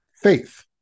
Faith